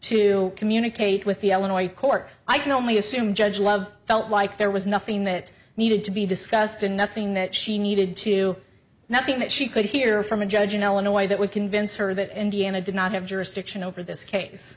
to communicate with the elena court i can only assume judge love felt like there was nothing that needed to be discussed and nothing that she needed to nothing that she could hear from a judge in illinois that would convince her that indiana did not have jurisdiction over this case